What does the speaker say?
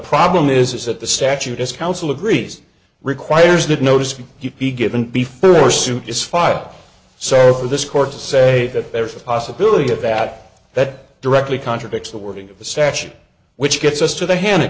problem is that the statute is counsel agrees requires that notice you be given before your suit is filed so for this court to say that there's a possibility of that that directly contradicts the wording of the statute which gets us to the han